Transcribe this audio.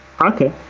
Okay